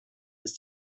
ist